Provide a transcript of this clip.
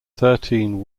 thirteen